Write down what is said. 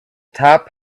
top